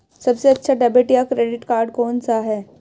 सबसे अच्छा डेबिट या क्रेडिट कार्ड कौन सा है?